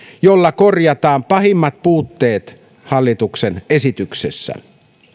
jolla korjataan pahimmat puutteet hallituksen esityksessä